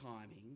timing